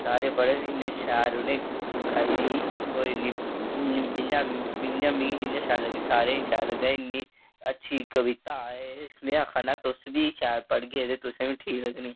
सारे पढ़न इन्ना शैल उ'नेंगी गाई दी होर जि'यां मिगी शैल लग्गी सारें गी शैल लग्गै दी इन्नी अच्छी कविता एह् में आक्खा ना तुस बी शैल पढ़गे ते तुसेंगी बी शैल लग्गनी